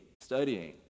studying